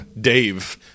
Dave